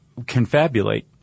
confabulate